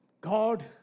God